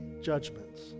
judgments